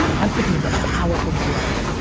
empathy is a powerful drug.